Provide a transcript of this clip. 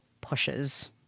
pushes